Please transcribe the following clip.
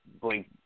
blink